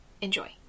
Enjoy